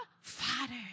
Father